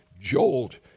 Jolt